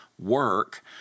work